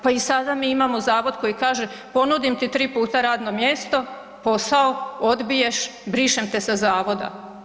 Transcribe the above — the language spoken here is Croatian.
Pa i sada mi imamo zavod koji kaže – ponudim ti tri puta radno mjesto, posao, odbiješ, brišem te sa zavoda.